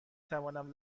توانم